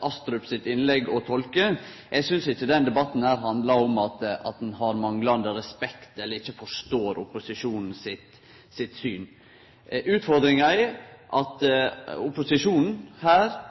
Astrup sitt innlegg å tolke. Eg synest ikkje denne debatten handlar om at ein har manglande respekt eller ikkje forstår opposisjonen sitt syn. Utfordringa er at opposisjonen her